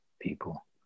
people